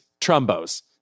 Trumbos